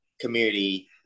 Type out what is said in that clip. community